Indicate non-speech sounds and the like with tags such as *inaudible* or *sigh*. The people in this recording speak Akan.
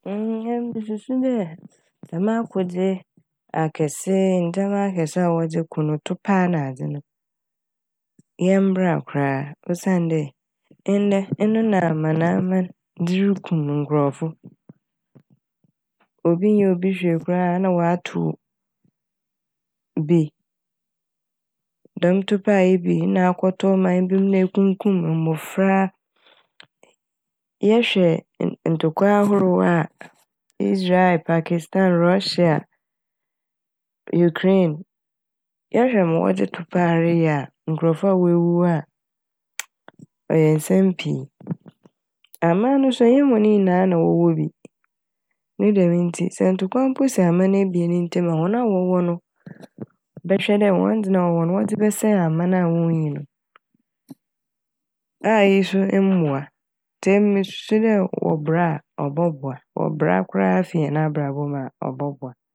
*hesitation* Emi mususu dɛ *noise* sɛ m'akodze akɛse ndzɛma akɛse a wɔdze ko no topae nadze no yɛmbra koraa a osiandɛ ndɛ eno na amanaman *noise* dze rukum nkorɔfo. *noise* Obi nnyɛ obi hwee koraa *noise* na ɔatow bi dɛm topae yi bi na akɔtɔ ɔman bi m' na ekukum mbofra a. *noise* Yɛhwɛ nn- ntokwa ahorow a *noise* Isreal, Pakistan, Russia, Ukraine, yɛhwɛ ma wɔdze topae reyɛ a nkorɔfo woewuwu a *hesitation* ɔyɛ nsɛm pii. *noise* Aman no so nnyɛ hɔn nyinaa na wɔwɔ bi ne dɛm ntsi sɛ ntokwa mpo si aman ebien ntamu a hɔn a wɔwɔ no *noise* bɛhwɛ dɛ hɔn dze na wɔwɔ no wɔdze bɛsɛe *noise* aman a wonnyi no a iyi so mmboa ntsi emi mususu dɛ wɔbra a ɔbɔboa wɔbra a koraa fi hɛn abrabɔ mu a ɔbɔboa.